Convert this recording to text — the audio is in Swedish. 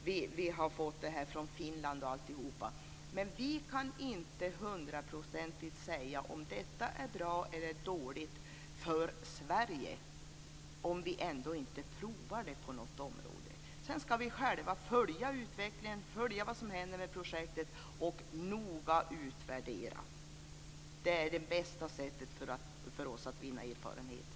Och vi har t.ex. fått information från Finland. Men vi kan inte hundraprocentigt säga om detta är bra eller dåligt för Sverige om vi inte provar det på något område. Sedan ska vi själva följa utvecklingen. Vi ska se vad som händer med projektet och noga utvärdera det. Det är det bästa sättet för oss att vinna erfarenhet.